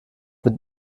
mit